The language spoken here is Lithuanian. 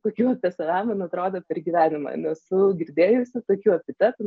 tokių apie save man atrodo per gyvenimą nesu girdėjusi tokių epitetų